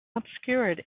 obscured